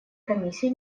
комиссии